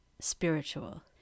spiritual